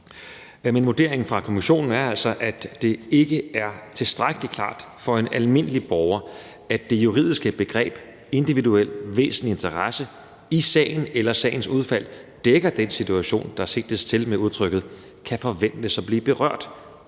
Men vurderingen fra Kommissionen er altså, at det ikke er tilstrækkelig klart for en almindelig borger, at det juridiske begreb om individuel væsentlig interesse i sagen eller i forhold til sagens udfald dækker den situation, der sigtes til med udtrykket »kan forventes at blive berørt